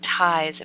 ties